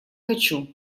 хочу